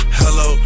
hello